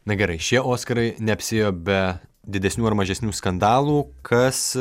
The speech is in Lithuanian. na gerai šie oskarai neapsiėjo be didesnių ar mažesnių skandalų kas